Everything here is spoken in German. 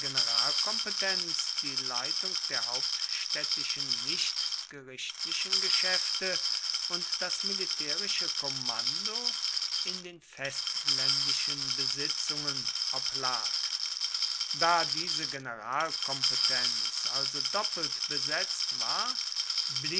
generalkompetenz die leitung der hauptstädtischen nichtgerichtlichen geschäfte und das militärische kommando in den festländischen besitzungen oblag da diese generalkompetenz also doppelt besetzt war